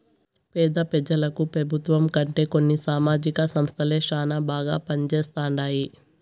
పేద పెజలకు పెబుత్వం కంటే కొన్ని సామాజిక సంస్థలే శానా బాగా పంజేస్తండాయి